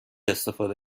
استفاده